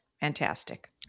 Fantastic